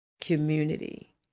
community